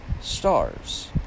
stars